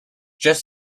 just